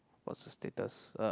what's the status